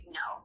no